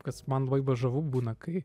kas man labai va žavu būna kai